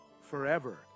forever